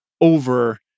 over